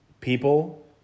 people